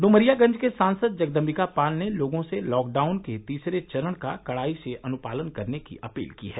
इमरियागंज के सांसद जगदभ्विका पाल ने लोगों से लॉकडाउन के तीसरे चरण का कडाई से अनुपालन करने की अपील की है